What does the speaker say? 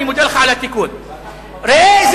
אז הוא אמר שהיא צריכה לפתור את הבעיה.